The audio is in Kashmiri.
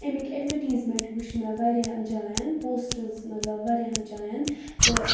ایٚمِکۍ ایٚڈؤٹیٖزمیٚنٛٹ وٕچھ مےٚ واریاہَن جایَن پوسٹٕز مطلب واریاہَن جایَن تہٕ